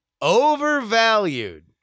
overvalued